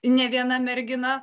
ne viena mergina